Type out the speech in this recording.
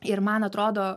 ir man atrodo